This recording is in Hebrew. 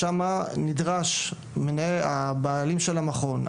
שם נדרש הבעלים של המכון,